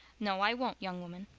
no, i won't, young woman.